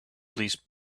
please